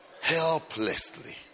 helplessly